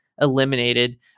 eliminated